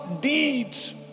deeds